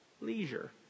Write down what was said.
leisure